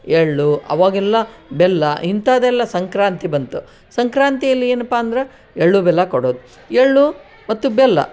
ಎಳ್ಳು ಅವಾಗೆಲ್ಲ ಬೆಲ್ಲ ಇಂಥದೆಲ್ಲ ಸಂಕ್ರಾಂತಿ ಬಂತು ಸಂಕ್ರಾಂತಿಯಲ್ಲಿ ಏನಪ್ಪಾ ಅಂದ್ರೆ ಎಳ್ಳು ಬೆಲ್ಲ ಕೊಡೋದು ಎಳ್ಳು ಮತ್ತು ಬೆಲ್ಲ